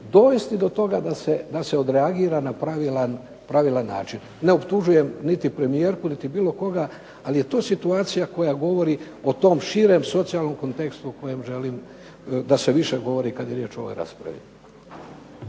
dovesti do toga da se odreagira na pravilan način. Ne optužujem niti premijerku niti bilo koga ali je to situacija koja govori o tom širem socijalnom kontekstu o kojem želim da se više govori kad je riječ o ovoj raspravi.